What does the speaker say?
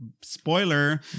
spoiler